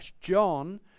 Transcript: John